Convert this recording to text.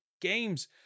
games